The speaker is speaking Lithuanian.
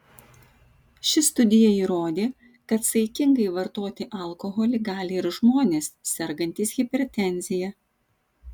ši studija įrodė kad saikingai vartoti alkoholį gali ir žmonės sergantys hipertenzija